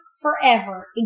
forever